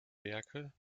werke